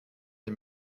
les